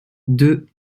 deux